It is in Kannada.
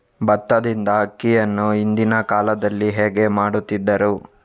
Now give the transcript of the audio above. ಭತ್ತದಿಂದ ಅಕ್ಕಿಯನ್ನು ಹಿಂದಿನ ಕಾಲದಲ್ಲಿ ಹೇಗೆ ಮಾಡುತಿದ್ದರು?